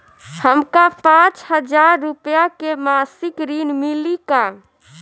हमका पांच हज़ार रूपया के मासिक ऋण मिली का?